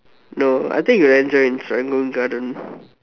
no I think ranger in Serangoon garden